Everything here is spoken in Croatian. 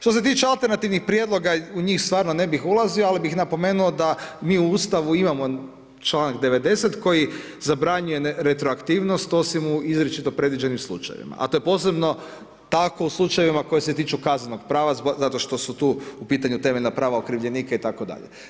Što se tiče alternativnih prijedloga u njih stvarno ne bih ulazio ali bih napomenuo da mi u Ustavu imamo članak 90. koji zabranjuje retroaktivnost osim u izričito predviđenim slučajevima a to je posebno tako u slučajevima koje se tiču Kaznenog prava zato što su tu u pitanju temeljna prava okrivljenika itd.